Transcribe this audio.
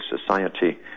society